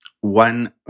one